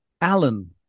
Alan